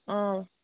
অঁ